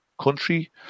country